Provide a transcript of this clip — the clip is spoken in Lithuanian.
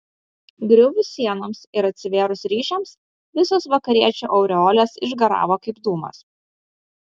griuvus sienoms ir atsivėrus ryšiams visos vakariečių aureolės išgaravo kaip dūmas